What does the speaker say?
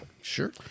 Sure